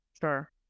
Sure